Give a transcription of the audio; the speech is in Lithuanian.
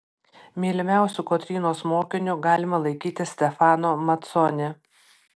mylimiausiu kotrynos mokiniu galima laikyti stefano maconi